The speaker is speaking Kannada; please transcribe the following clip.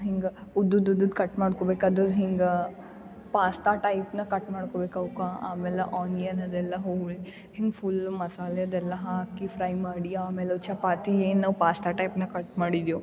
ಹಿಂಗೆ ಉದ್ದುದ್ದುದು ಕಟ್ ಮಾಡ್ಕೋಬೇಕು ಅದು ಹೆಂಗೆ ಪಾಸ್ತಾ ಟೈಪ್ನಾಗೆ ಕಟ್ ಮಾಡ್ಕೋಬೇಕು ಅವ್ಕ ಆಮೇಲೆ ಆನಿಯನ್ ಅದೆಲ್ಲ ಹುರಿ ಹಿಂಗೆ ಫುಲ್ ಮಸಾಲೆದೆಲ್ಲ ಹಾಕಿ ಫ್ರೈ ಮಾಡಿ ಆಮೇಲೆ ಚಪಾತಿ ಏನು ನಾವು ಪಾಸ್ತಾ ಟೈಪ್ನಾಗ ಕಟ್ ಮಾಡಿದೆವೊ